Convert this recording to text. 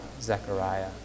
zechariah